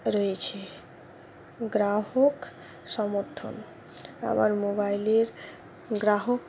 রয়েছে গ্রাহক সমর্থন আবার মোবাইলের গ্রাহক